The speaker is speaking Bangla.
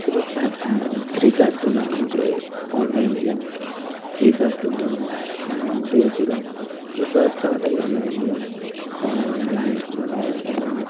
free fire tournament free fire টুর্নামেন্টে online game free fire tournament গিয়েছিলাম ফ্রি ফায়ার খেলাটাই অনলাইন গেম অনলাইন গেমে মানে অনলাইন